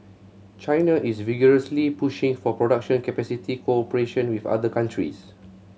China is vigorously pushing for production capacity cooperation with other countries